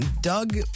Doug